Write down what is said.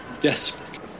Desperate